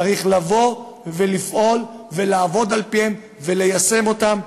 צריך לפעול ולעבוד על-פיהם וליישם אותם.